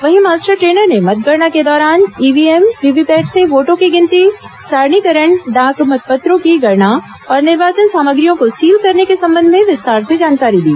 वहीं master trainer ने मतगणना के दौरान ईव्हीएम वीवीपैट से वोटों की गिनती सारणीकरण डाक मतपत्रों की गणना और निर्वाचन सामग्रियों को सील करने के संबंध में विस्तार से जानकारी दी